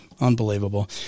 Unbelievable